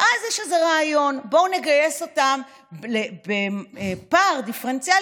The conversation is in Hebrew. ואז יש איזשהו רעיון: בואו נגייס אותם בפער דיפרנציאלי,